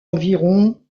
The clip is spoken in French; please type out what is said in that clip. environ